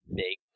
big